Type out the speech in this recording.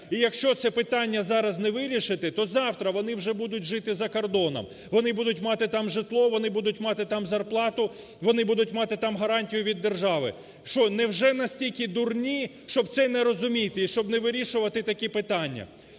І якщо це питання зараз не вирішити, то завтра вони вже будуть жити за кордоном. Вони будуть мати там житло, вони будуть мати там зарплату, вони будуть мати там гарантію від держави. Що, невже настільки дурні, щоб це не розуміти, щоб не вирішувати такі питання?